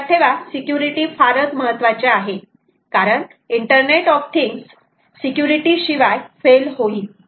लक्षात ठेवा सिक्युरिटी फारच महत्त्वाचे आहे कारण इंटरनेट ऑफ थिंग्स सिक्युरिटी शिवाय फैल होईल